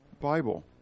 Bible